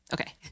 Okay